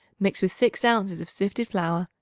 mix with six ounces of sifted flour,